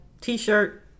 T-shirt